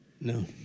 No